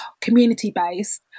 community-based